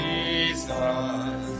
Jesus